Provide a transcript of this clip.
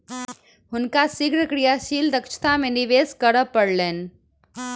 हुनका शीघ्र क्रियाशील दक्षता में निवेश करअ पड़लैन